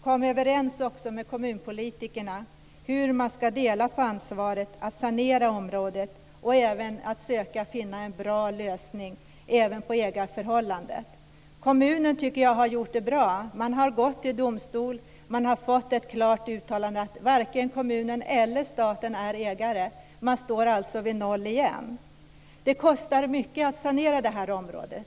Kom överens med kommunpolitikerna om hur man ska dela på ansvaret att sanera området och att finna en bra lösning på ägarförhållandena. Kommunen har gjort ett bra arbete. Kommunen har gått till domstol och har fått ett klart uttalande att varken kommunen eller staten är ägare. Man står vid noll igen. Det kostar mycket att sanera området.